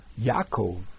Yaakov